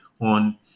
on